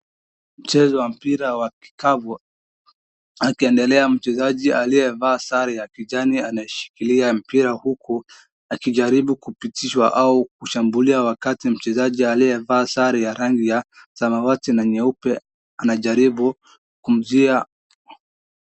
Mchezo wa mpira wa kikapu, akiendelea mchezaji aliyevaa sare ya kijani anashikilia mpira huku, akijaribu kupitishwa au kushambulia wakati mchezaji aliyevaa sare ya rangi ya samawati na nyeupe anajaribu kumzuia.